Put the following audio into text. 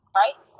right